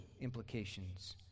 implications